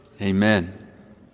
Amen